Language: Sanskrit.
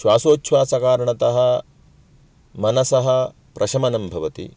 श्वासोछ्वासकारणतः मनसः प्रशमनं भवति